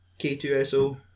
K2SO